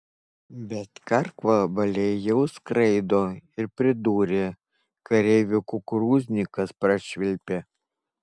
bet karkvabaliai jau skraido ir pridūrė kareivių kukurūznikas prašvilpė